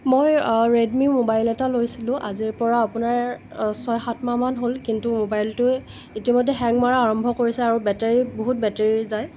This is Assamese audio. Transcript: মই ৰেডমি মোবাইল এটা লৈছিলোঁ আজিৰ পৰা আপোনাৰ ছয় সাত মাহমান হ'ল কিন্তু মোবাইলটো ইতিমধ্যে হেং মৰা আৰম্ভ কৰিছে আৰু বেটেৰী বহুত বেটেৰী যায়